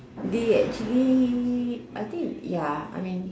the actually I think ya I mean